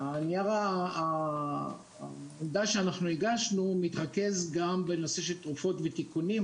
נייר העמדה שהגשנו מתרכז גם בנושא של תרופות ותיקונים,